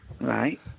Right